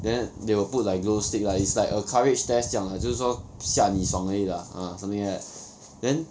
then they will put like glowstick lah it's like a courage test 这样 lah 就是说吓你爽而已 lah ah something like that then